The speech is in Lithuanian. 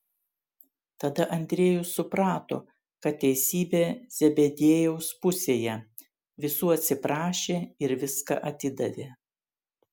tada andriejus suprato kad teisybė zebediejaus pusėje visų atsiprašė ir viską atidavė